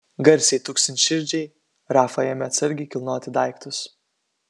garsiai tuksint širdžiai rafa ėmė atsargiai kilnoti daiktus